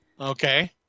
Okay